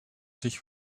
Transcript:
zich